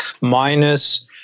minus